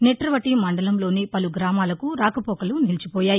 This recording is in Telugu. నిట్టవటి మండలంలోని పలుగ్రామాలకు రాకపోకలు నిలిచిపోయాయి